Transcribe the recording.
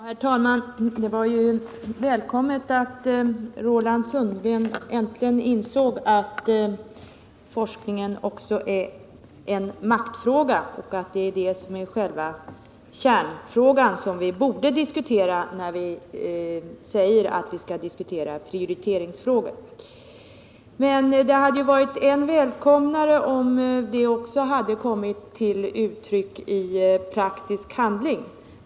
Herr talman! Det var ju välkommet att Roland Sundgren äntligen insåg att forskningen också är en maktfråga och att det är det som är själva kärnpunkten, som vi borde diskutera när vi säger att vi skall diskutera prioriteringsfrågan. Det hade emellertid varit ännu mera välkommet, om detta hade kommit till uttryck också i praktisk handling.